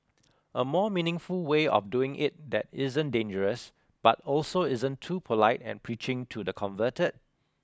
a more meaningful way of doing it that isn't dangerous but also isn't too polite and preaching to the converted